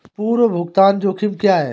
पूर्व भुगतान जोखिम क्या हैं?